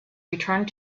returned